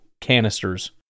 canisters